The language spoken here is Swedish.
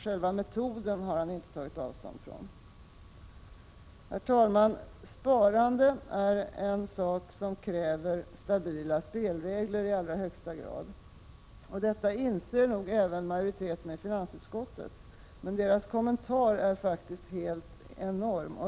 Själva metoden har han inte tagit avstånd från. Herr talman! Sparande är någonting som kräver stabila spelregler i allra högsta grad. Detta inser nog även majoriteten i finansutskottet, men deras kommentar är helt enorm.